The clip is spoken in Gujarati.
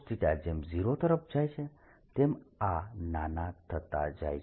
cos જેમ 0 તરફ થાય તેમ આ નાના થતા જાય છે